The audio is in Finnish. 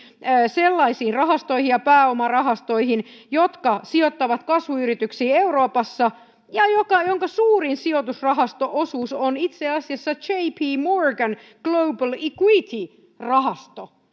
sellaisiin rahastoihin ja pääomarahastoihin jotka sijoittavat kasvuyrityksiin euroopassa ja joiden suurin sijoitusrahasto osuus on itse asiassa j p morgan global equity rahasto